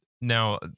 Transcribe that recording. now